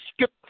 skip